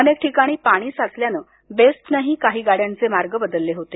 अनेक ठिकाणी पाणी साचल्यानं बेस्टनंही काही गाड्यांचे मार्ग बदलले होते